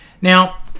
Now